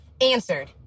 answered